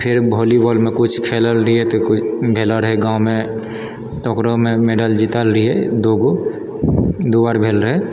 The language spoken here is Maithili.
फेर वॉलीबॉलमे कुछ खेलल रहियै तऽ किछु भेलऽ रहै गाँवमे तऽ ओकरोमे मैडल जीतल रहियै दू गो दू बार भेल रहै